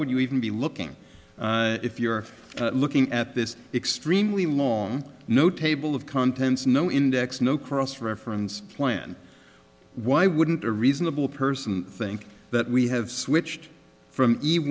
would you even be looking if you're looking at this extremely long no table of contents no index no cross reference plan why wouldn't a reasonable person think that we have switched from e